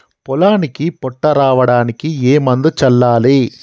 పొలానికి పొట్ట రావడానికి ఏ మందును చల్లాలి?